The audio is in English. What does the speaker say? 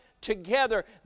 together